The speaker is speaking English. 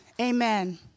Amen